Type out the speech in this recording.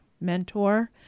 mentor